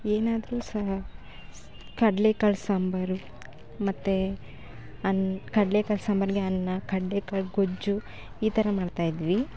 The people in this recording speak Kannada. ಏನಾದ್ರು ಸಹ ಸ್ ಕಡ್ಲೇಕಾಳು ಸಾಂಬಾರು ಮತ್ತು ಅನ್ನ ಕಡ್ಲೇಕಾಳು ಸಾಂಬಾರಿಗೆ ಅನ್ನ ಕಡ್ಲೇಕಾಳು ಗೊಜ್ಜು ಈ ಥರ ಮಾಡ್ತಾಯಿದ್ವಿ